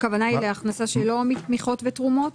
הכוונה להכנסה שהיא לא מתמיכות ותרומות?